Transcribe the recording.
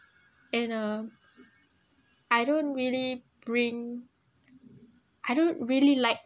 and uh I don't really bring I don't really like